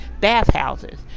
bathhouses